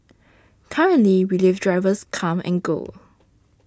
currently relief drivers come and go